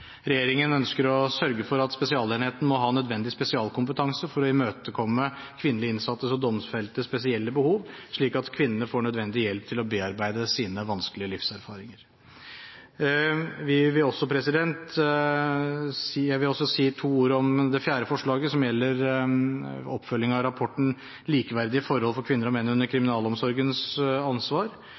Regjeringen ønsker å sørge for at spesialenheten må ha nødvendig spesialkompetanse for å imøtekomme kvinnelige innsattes og domfeltes spesielle behov, slik at kvinnene får nødvendig hjelp til å bearbeide sine vanskelige livserfaringer. Jeg vil også si to ord om det fjerde forslaget, som gjelder oppfølging av rapporten Likeverdige forhold for kvinner og menn under kriminalomsorgens ansvar.